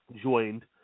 joined